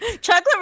Chocolate